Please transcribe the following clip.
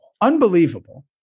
Unbelievable